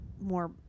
more